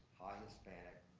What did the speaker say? high hispanic,